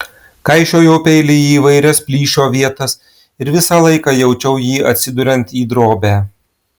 kaišiojau peilį į įvairias plyšio vietas ir visą laiką jaučiau jį atsiduriant į drobę